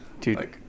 Dude